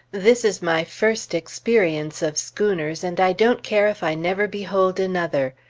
this is my first experience of schooners, and i don't care if i never behold another.